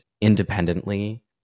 independently